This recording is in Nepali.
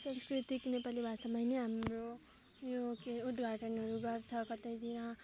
संस्कृतिक नेपाली भाषामा नै हाम्रो यो के उद्घाटनहरू गर्छ कतै